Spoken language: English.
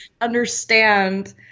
understand